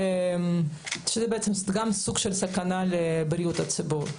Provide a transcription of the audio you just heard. זה בעצם גם סוג של סכנה לבריאות הציבור.